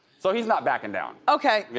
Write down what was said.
so he's not backing down. okay, yeah